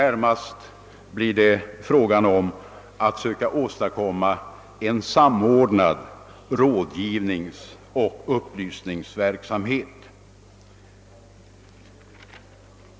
Det blir närmast fråga om att söka åstadkomma en samordnad rådgivningsoch upplysningsverksamhet.